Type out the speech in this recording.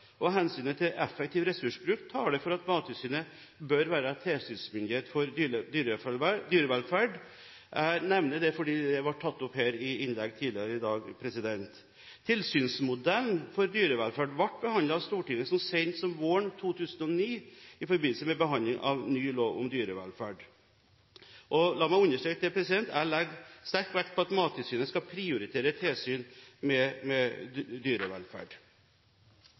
og hensynet til effektiv ressursbruk taler for at Mattilsynet bør være tilsynsmyndighet for dyrevelferd. Jeg nevner dette fordi det ble tatt opp her i et innlegg tidligere i dag. Tilsynsmodellen for dyrevelferd ble behandlet av Stortinget så sent som våren 2009 i forbindelse med behandling av ny lov om dyrevelferd. La meg understreke at jeg legger sterkt vekt på at Mattilsynet skal prioritere tilsyn med